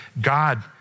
God